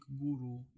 guru